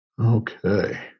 okay